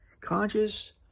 conscious